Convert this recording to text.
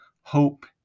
Hope